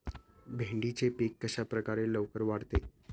भेंडीचे पीक कशाप्रकारे लवकर वाढते?